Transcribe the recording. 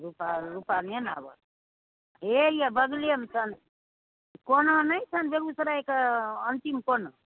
रूपा रूपा ने ने आबऽ हे यै बगले मे छनि कोना नहि छनि बेगूसरायके अन्तिम कोना